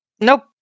nope